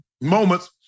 moments